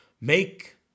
make